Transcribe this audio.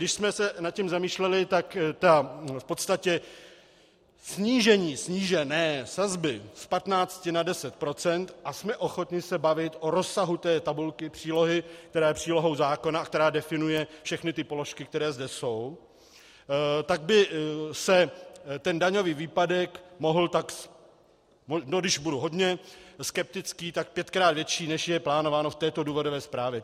Když jsme se nad tím zamýšleli, tak v podstatě snížení snížené sazby z 15 na 10 %, a jsme ochotni se bavit o rozsahu tabulky přílohy, která je přílohou zákona a která definuje všechny položky, které zde jsou, tak by daňový výpadek mohl být, když budu hodně skeptický, tak pětkrát větší, než je plánováno v této důvodové zprávě.